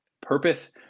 purpose